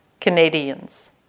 Canadians